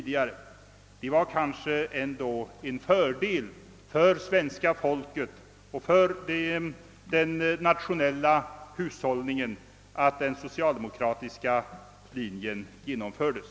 Det var kanske ändå en fördel för svenska folket och för den nationella hushållningen att den socialdemokratiska linjen följdes.